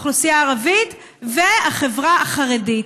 האוכלוסייה הערבית והחברה החרדית.